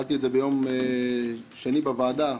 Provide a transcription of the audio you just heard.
שאלתי את זה ביום שני בוועדה,